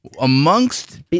Amongst